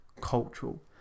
cultural